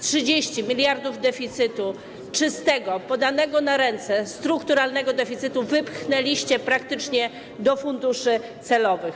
30 mld deficytu czystego, podanego na ręce, strukturalnego deficytu, wypchnęliście praktycznie do funduszy celowych.